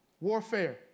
Warfare